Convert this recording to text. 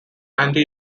anti